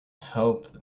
help